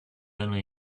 only